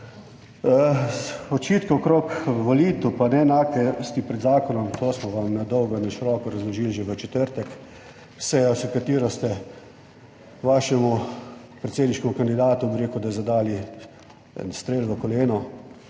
Očitki okrog volitev pa neenakosti pred zakonom, to smo vam na dolgo in široko razložili že v četrtek. Sejo, s katero ste vašemu predsedniškemu kandidatu, bi rekel, da zadali en strel v koleno,